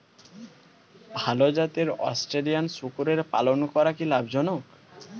ভাল জাতের অস্ট্রেলিয়ান শূকরের পালন করা কী লাভ জনক?